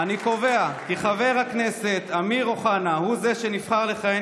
אני קובע כי חבר הכנסת אמיר אוחנה הוא שנבחר לכהן